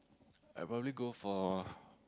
I probably go for